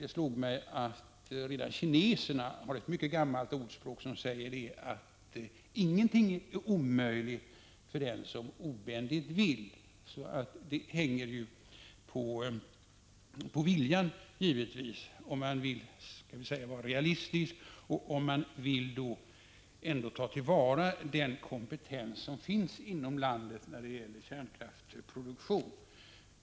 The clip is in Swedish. Det slog mig nämligen att kineserna har ett mycket gammalt ordspråk: ”Ingenting är omöjligt för den som obändigt vill.” Det hänger givetvis på viljan om man väljer att vara realistisk och om man väljer att ta till vara den kompetens som ändå finns inom landet när det gäller kärnkraftsproduktion.